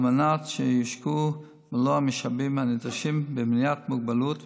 על מנת שיושקעו מלוא המשאבים הנדרשים במניעת מוגבלות,